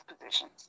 positions